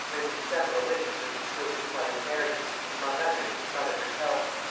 bringing several witnesses to prove his mother's marriage, and among others his mother herself.